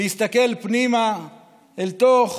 להסתכל פנימה אל תוך